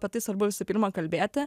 apie tai svarbu visų pirma kalbėti